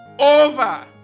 Over